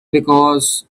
because